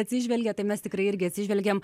atsižvelgia tai mes tikrai irgi atsižvelgiam